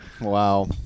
Wow